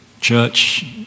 church